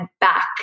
back